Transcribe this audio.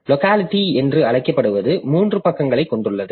locality என்று அழைக்கப்படுவது மூன்று பக்கங்களைக் கொண்டுள்ளது